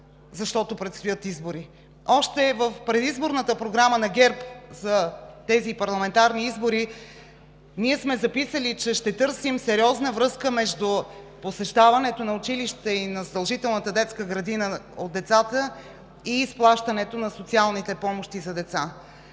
защото предстоят избори. Още в предизборната програма на ГЕРБ за тези парламентарни избори ние сме записали, че ще търсим сериозна връзка между посещаването на училището и на задължителната детска градина от децата и изплащането на социалните помощи за деца.